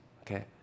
Okay